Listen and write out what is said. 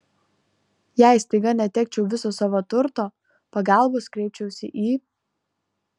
jei staiga netekčiau viso savo turto pagalbos kreipčiausi į